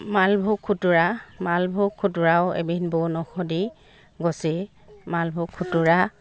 মালভোগ খুতুৰা মালভোগ খুতুৰাও এবিধ বনৌষধি গছেই মালভোগ খুতুৰা